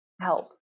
help